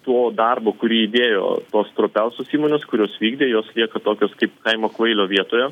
to darbo kurį įdėjo tos trapiausios įmonės kurios vykdė jos lieka tokios kaip kaimo kvailio vietoje